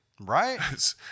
right